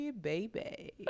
baby